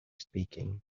speaking